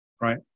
right